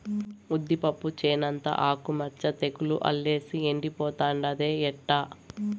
ఉద్దిపప్పు చేనంతా ఆకు మచ్చ తెగులు అల్లేసి ఎండిపోతుండాదే ఎట్టా